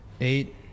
eight